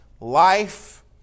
life